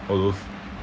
all those